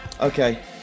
Okay